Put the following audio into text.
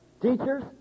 teachers